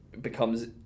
becomes